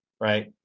right